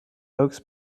oaks